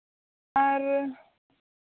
ᱟᱨ